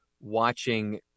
watching